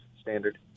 Standard